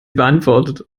beantwortet